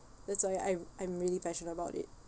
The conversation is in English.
that's why I'm I'm really passionate about it